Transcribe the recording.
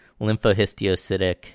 lymphohistiocytic